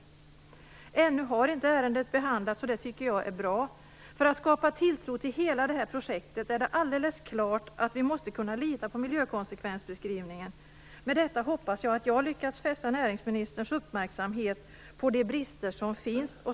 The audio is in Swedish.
Ärendet har ännu inte behandlats, och det tycker jag är bra. För att skapa tilltro till hela detta projekt är det alldeles klart att vi måste kunna lita på miljökonsekvensbeskrivningen. Med detta hoppas jag att jag har lyckats fästa näringsministerns uppmärksamhet på de brister som finns.